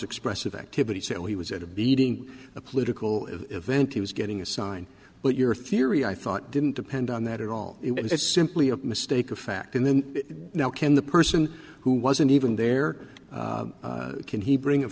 expressive activity so he was at a beating a political event he was getting a sign but your theory i thought didn't depend on that at all it was simply a mistake of fact and then now can the person who wasn't even there can he bring a